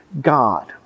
God